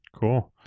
Cool